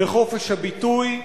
בחופש הביטוי,